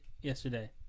yesterday